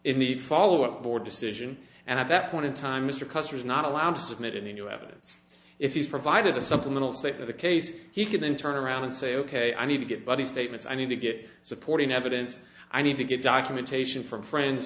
in the followup board decision and at that point in time mr custer is not allowed to submit any new evidence if you provided the supplemental tape of the case he can then turn around and say ok i need to get buddy statements i need to get supporting evidence i need to get documentation from friends